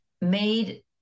made